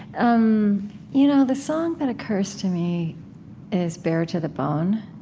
um you know the song that occurs to me is bare to the bone.